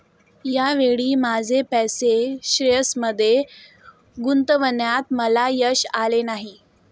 या वेळी माझे पैसे शेअर्समध्ये गुंतवण्यात मला यश आले नाही